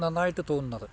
നന്നായിട്ട് തോന്നുന്നത്